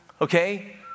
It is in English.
okay